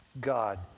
God